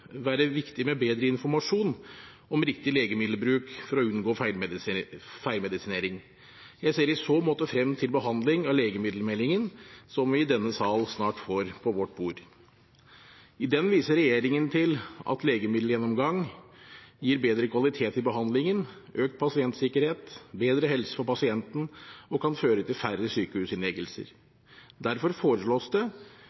være viktig med bedre informasjon om riktig legemiddelbruk for å unngå feilmedisinering. Jeg ser i så måte frem til behandlingen av legemiddelmeldingen, som vi i denne sal snart får på vårt bord. I den viser regjeringen til at legemiddelgjennomgang gir bedre kvalitet i behandlingen, økt pasientsikkerhet, bedre helse for pasienten, og at det kan føre til færre sykehusinnleggelser. Derfor foreslås det